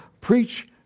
preach